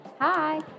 Hi